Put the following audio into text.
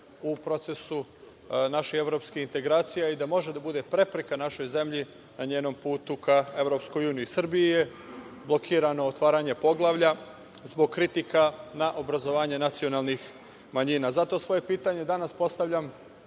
u procesu naše evropske integracije i da može da bude prepreka našoj zemlji na njenom putu ka EU. Srbiji je blokirano otvaranje poglavlja zbog kritika na obrazovanje nacionalnih manjina. Zato svoje pitanje danas postavljam